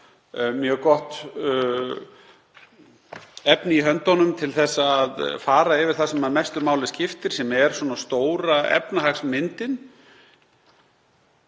mjög gott efni í höndunum til þess að fara yfir það sem mestu máli skiptir, sem er stóra efnahagsmyndin,